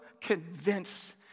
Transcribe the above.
convinced